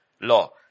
Law